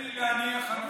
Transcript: תן לי להניח הנחה.